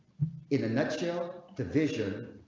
in a nutshell division.